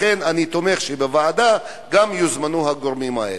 לכן אני תומך בכך שלוועדה יוזמנו גם הגורמים האלה.